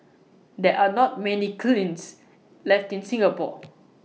there are not many kilns left in Singapore